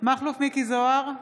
מכלוף מיקי זוהר,